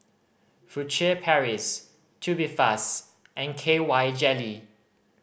Furtere Paris Tubifast and K Y Jelly